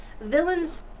villains